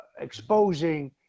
exposing